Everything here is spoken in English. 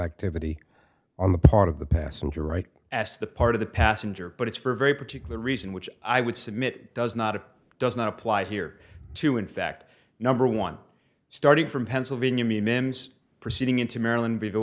activity on the part of the passenger right ass the part of the passenger but it's for a very particular reason which i would submit does not does not apply here to in fact number one starting from pennsylvania mims proceeding into maryland v